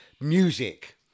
music